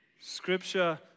Scripture